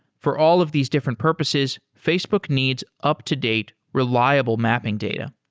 for all of these different purposes, facebook needs up-to-date reliable mapping data.